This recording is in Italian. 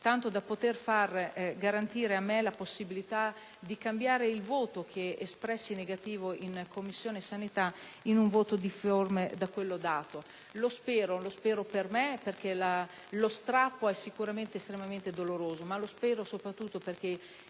tanto da poter garantire a me la possibilità di cambiare il voto negativo che espressi in Commissione sanità in un voto difforme da quello espresso. Lo spero, lo spero per me, perché lo strappo è estremamente e assolutamente doloroso, ma lo spero soprattutto perché